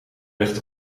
ligt